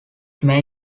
may